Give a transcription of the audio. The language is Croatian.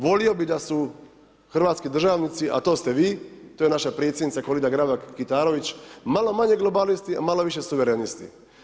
Volio bih da su hrvatski državnici a to ste vi, to je naša predsjednica Kolinda Grabar Kitarović, malo manje globalisti a malo više suverenisti.